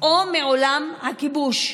או מעולם הכיבוש.